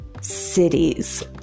cities